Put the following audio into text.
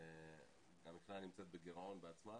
שהמכללה נמצאת בגירעון בעצמה